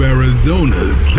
Arizona's